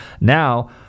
Now